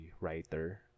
writer